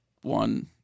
one